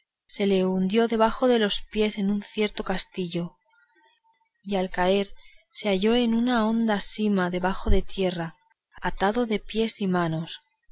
se le hundió debajo de los pies en un cierto castillo y al caer se halló en una honda sima debajo de tierra atado de pies y manos